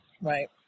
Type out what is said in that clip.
Right